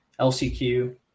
LCQ